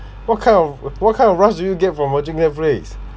what kind of what kind of rush do you get from watching Netflix